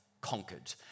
conquered